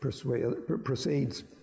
proceeds